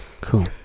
Cool